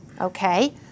Okay